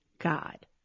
God